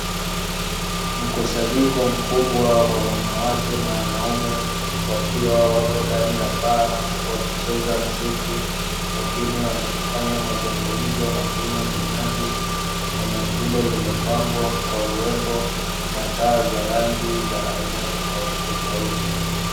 Mkusanyiko mkubwa wa wanawake na wanaume, wakiwa wapo ndani ya bar wakicheza mziki, wengine wakifanya mazungumzo na kunywa vinywaji. Eneo hilo limepambwa kwa urembo, na taa za rangi za aina tofautitofauti.